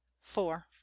four